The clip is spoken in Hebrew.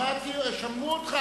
שמעו אותך.